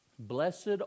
Blessed